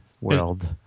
world